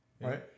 Right